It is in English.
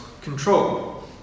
control